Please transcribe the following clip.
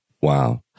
Wow